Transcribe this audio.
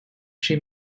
she